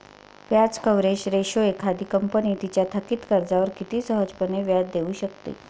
व्याज coverage ratio एखादी company तिच्या थकित कर्जावर किती सहजपणे व्याज देऊ शकते